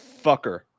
fucker